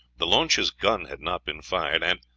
the launch's gun had not been fired, and,